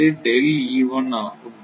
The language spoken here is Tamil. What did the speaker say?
இது ஆகும்